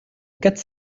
quatre